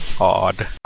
odd